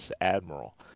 Admiral